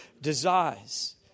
desires